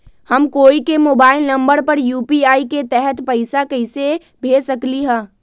हम कोई के मोबाइल नंबर पर यू.पी.आई के तहत पईसा कईसे भेज सकली ह?